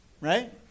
Right